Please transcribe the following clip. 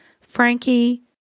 Frankie